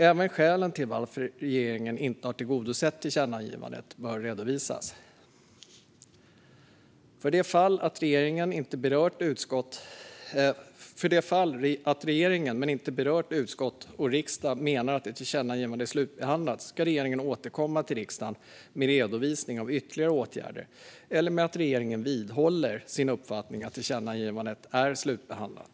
Även skälen till att regeringen inte har tillgodosett tillkännagivandet bör redovisas. För det fall att regeringen, men inte berört utskott och riksdagen, menar att ett tillkännagivande är slutbehandlat ska regeringen återkomma till riksdagen med redovisning av ytterligare åtgärder eller meddela att regeringen vidhåller sin uppfattning att tillkännagivandet är slutbehandlat.